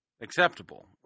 acceptable